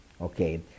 okay